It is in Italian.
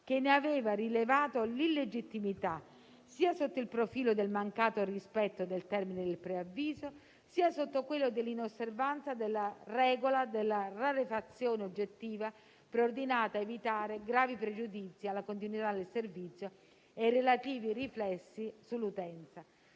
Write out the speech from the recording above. che ne aveva rilevato l'illegittimità, sia sotto il profilo del mancato rispetto del termine del preavviso sia sotto quello dell'inosservanza della regola della rarefazione oggettiva, preordinata a evitare gravi pregiudizi alla continuità del servizio e relativi riflessi sull'utenza.